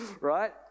right